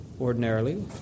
ordinarily